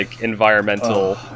environmental